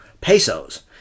pesos